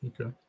Okay